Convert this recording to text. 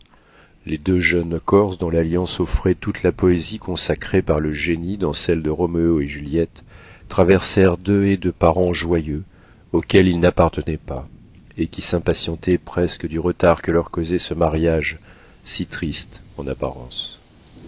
les deux jeunes corses dont l'alliance offrait toute la poésie consacrée par le génie dans celle de roméo et juliette traversèrent deux haies de parents joyeux auxquels ils n'appartenaient pas et qui s'impatientaient presque du retard que leur causait ce mariage si triste en apparence